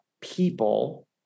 people